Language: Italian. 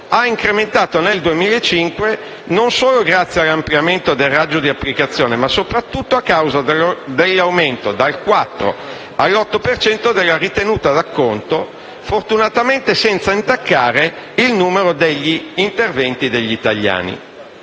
ha incrementato nel 2015, non solo grazie all'ampliamento del raggio di applicazione, ma soprattutto a causa dell'aumento dal 4 all'8 per cento della ritenuta d'acconto, fortunatamente senza intaccare il numero degli interventi degli italiani.